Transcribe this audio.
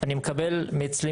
אני מקבל מאצלי,